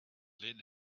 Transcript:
lead